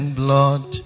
blood